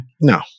No